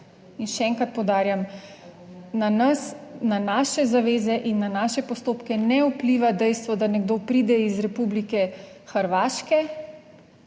In še enkrat poudarjam, na nas, na naše zaveze in na naše postopke ne vpliva dejstvo, da nekdo pride iz Republike Hrvaške,